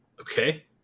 Okay